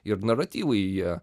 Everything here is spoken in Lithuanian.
ir naratyvai jie